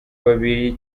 babiri